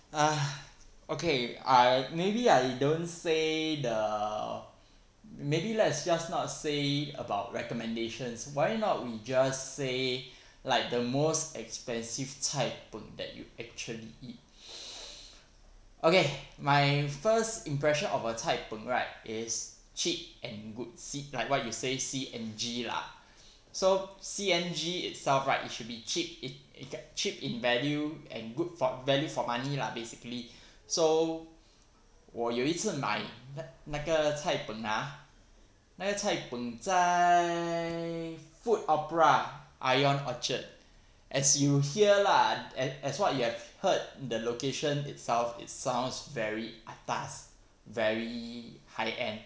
okay I maybe I don't say the maybe let's just not say about recommendations why not we just say like the most expensive cai png that you actually eat okay my first impression of a cai png right is cheap and good C like what you say C N G lah so C N G itself right it should be cheap it it cheap in value and good fo~ value for money lah basically so 我有一次买那个 cai png ah 那个 cai png 在 food opera ION orchard as you hear lah a~ as what you have heard the location itself it sounds very atas very high-end